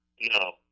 No